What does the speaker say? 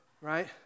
right